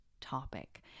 topic